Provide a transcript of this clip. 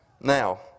Now